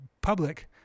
public